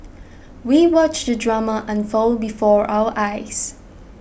we watched the drama unfold before our eyes